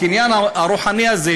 הקניין הרוחני הזה,